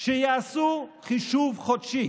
שיעשו חישוב חודשי